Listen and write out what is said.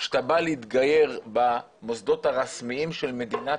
כשאתה בא להתגייר במוסדות הרשמיים של מדינת